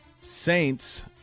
Saints